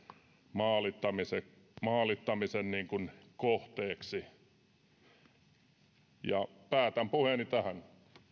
maalittamisen maalittamisen kohteeksi päätän puheeni tähän